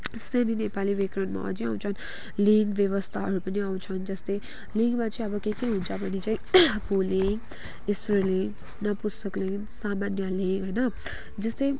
त्यस्तै अनि नेपाली व्याकरणमा अझै आउँछन् लिङ्ग व्यवस्थाहरू पनि आउँछन् जस्तै लिङ्गमा चाहिँ अब के के हुन्छ भने चाहिँ पुलिङ्ग स्त्रीलिङ्ग नपुंसकलिङ्ग सामान्यलिङ्ग होइन जस्तै